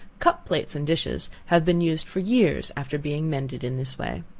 cup-plates and dishes, have been used for years after being mended in this way.